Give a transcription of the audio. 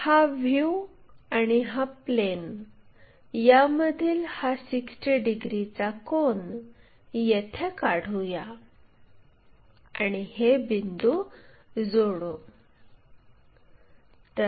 हा व्ह्यू आणि हा प्लेन यामधील हा 60 डिग्रीचा कोन येथे काढूया आणि हे बिंदू जोडू